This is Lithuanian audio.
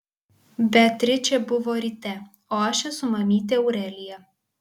beatričė buvo ryte o aš esu mamytė aurelija